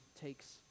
takes